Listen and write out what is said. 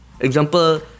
example